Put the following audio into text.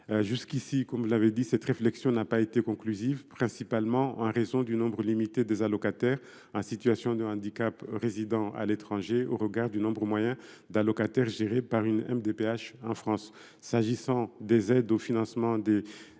Jusqu’à présent, cette réflexion n’a pas été conclusive, principalement en raison du nombre limité d’allocataires en situation de handicap résidant à l’étranger au regard du nombre moyen d’allocataires gérés par une MDPH en France. S’agissant des aides au financement des